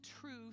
truth